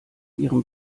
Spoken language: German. ihrem